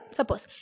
Suppose